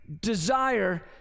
desire